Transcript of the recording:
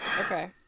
okay